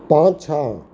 पाछाँ